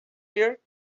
year